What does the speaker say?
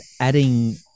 adding